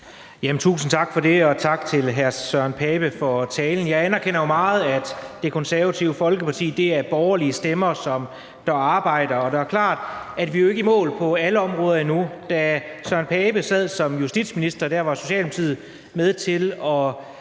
Tusind tak for det, og tak til hr. Søren Pape Poulsen for talen. Jeg anerkender meget, at Det Konservative Folkeparti er borgerlige stemmer, som arbejder, og det er klart, at vi jo ikke er i mål på alle områder endnu. Da Søren Pape Poulsen sad som justitsminister, var